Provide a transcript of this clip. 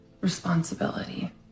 responsibility